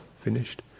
finished